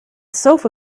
sofa